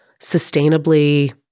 sustainably